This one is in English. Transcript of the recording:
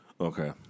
Okay